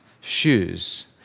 shoes